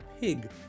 Pig